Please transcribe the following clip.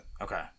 Okay